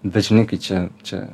bet žinai kai čia čia